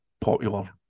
popular